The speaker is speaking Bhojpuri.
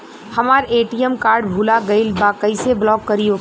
हमार ए.टी.एम कार्ड भूला गईल बा कईसे ब्लॉक करी ओके?